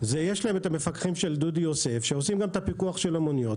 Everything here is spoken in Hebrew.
יש להם את המפקחים של דודי יוסף שעושים גם את הפיקוח של המוניות.